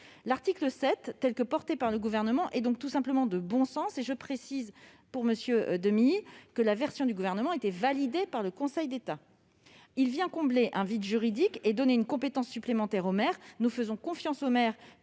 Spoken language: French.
L'article 7, tel que le défend le Gouvernement, est donc simplement de bon sens. Je précise, pour M. Demilly, que la version du Gouvernement était validée par le Conseil d'État. Cet article vient combler un vide juridique et donner une compétence supplémentaire aux maires. Nous faisons confiance à ces